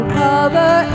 cover